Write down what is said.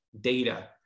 data